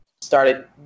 started